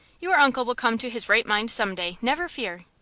your uncle will come to his right mind some day, never fear!